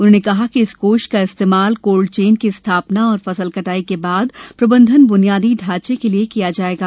उन्होंने कहा कि इस कोष का इस्तेमाल कोल्ड चेन की स्थापना और फसल कटाई के बाद प्रबंधन ब्नियादी ढांचे के लिए किया जाएगा